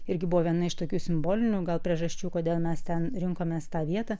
irgi buvo viena iš tokių simbolinių gal priežasčių kodėl mes ten rinkomės tą vietą